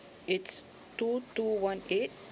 it's two two one eight